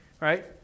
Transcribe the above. right